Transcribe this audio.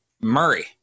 Murray